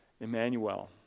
Emmanuel